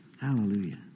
Hallelujah